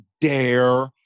dare